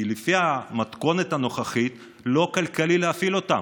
כי לפי המתכונת הנוכחית, לא כלכלי להפעיל אותם.